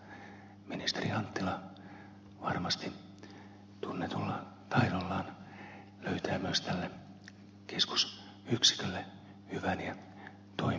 mutta ministeri anttila varmasti tunnetulla taidollaan löytää myös tälle keskusyksikölle hyvän ja toimivan paikan